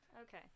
Okay